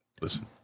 Listen